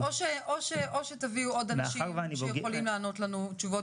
או שתביאו עוד אנשים שיכולים לענות לנו תשובות